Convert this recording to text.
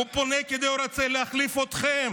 הוא פונה כי הוא רוצה להחליף אתכם.